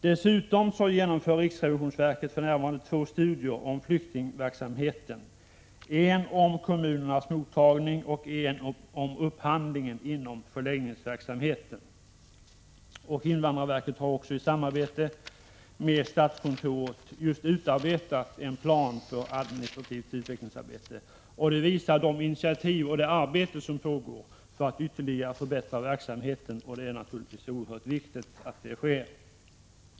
Dessutom genomför riksrevisionsverket för närvarande två studier avse 23 ende flyktingverksamheten: en om kommunernas mottagning och en om upphandlingen inom förläggningsverksamheten. Invandrarverket har också i samarbete med statskontoret just utarbetat en plan för administrativt utvecklingsarbete. Detta visar på de initiativ och det arbete som pågår för att ytterligare förbättra verksamheten, och det är oerhört viktigt att så sker.